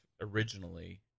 originally